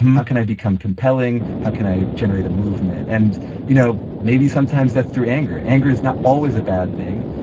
how can i become compelling. how can i generate a movement. and you know maybe sometimes that's through anger. anger is not always a bad thing.